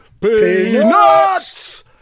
Peanuts